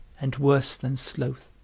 and worse than sloth